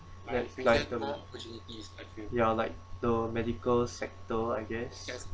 like the ya like the medical sector I guess